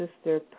sister